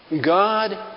God